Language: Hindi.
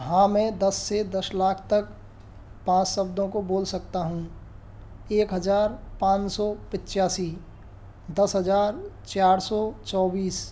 हाँ मैं दस से दस लाख तक पाँच शब्दों को बोल सकता हूँ एक हजार पाँच सौ पचासी दस हजार चार सौ चौबीस